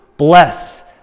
bless